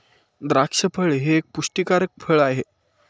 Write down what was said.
द्राक्ष फळ हे एक पुष्टीकारक फळ आहे